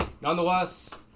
nonetheless